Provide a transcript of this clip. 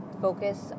focus